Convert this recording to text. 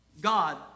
God